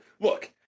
Look